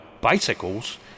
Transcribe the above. bicycles